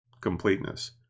completeness